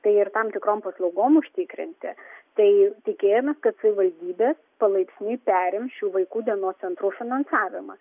tai ir tam tikrom paslaugom užtikrinti tai tikėjomės kad savivaldybės palaipsniui perims šių vaikų dienos centrų finansavimą